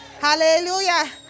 Hallelujah